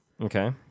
Okay